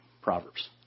Proverbs